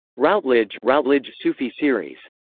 routledge routledge sufi series.